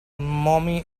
mommy